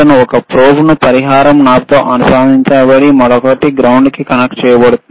అతను ఒక ప్రోబ్ను పరిహార నాబ్తో అనుసంధానించి మరొక దానిని గ్రౌండ్కి కనెక్ట్ చేశాడు